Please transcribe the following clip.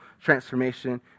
transformation